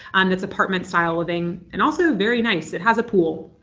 and it's apartment style living and also very nice. it has a pool.